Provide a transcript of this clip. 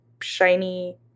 shiny